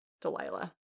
Delilah